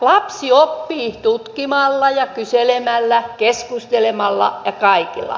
lapsi oppii tutkimalla ja kyselemällä keskustelemalla ja kaikella